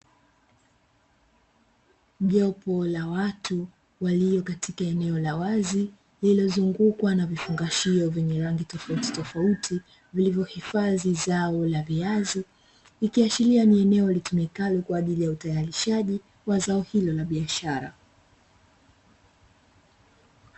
Jopo la watu walio katika eneo la wazi, lililozungukwa na vifungashio vyenye rangi tofautitofauti vilivyohifadhi zao la viazi, ikiashiria ni eneo litumikalo kwa ajili ya utayarishaji wa zao hilo la biashara.